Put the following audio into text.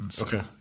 Okay